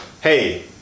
Hey